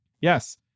Yes